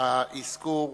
ציון